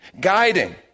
guiding